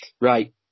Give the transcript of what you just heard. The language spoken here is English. Right